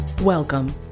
welcome